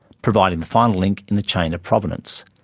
providing the final link in the chain of provenance,